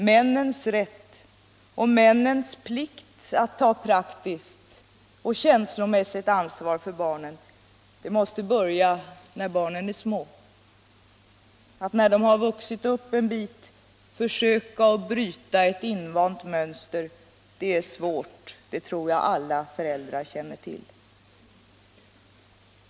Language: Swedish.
Männens rätt och plikt att ta praktiskt och känslomässigt ansvar för barnen måste börja när barnen är små. Att när barnen blivit äldre försöka bryta ett invant mönster är svårt. Det tror jag alla föräldrar känner till.